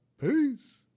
Peace